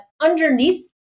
underneath